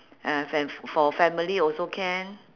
uh fa~ for family also can